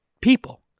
people